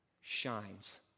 shines